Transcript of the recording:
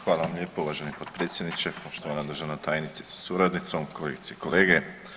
Hvala vam lijepo uvaženi potpredsjedniče, poštovana državna tajnice sa suradnicom, kolegice i kolege.